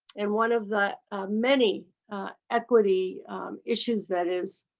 and one of the many equity issues, that is,